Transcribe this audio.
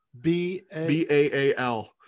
B-A-A-L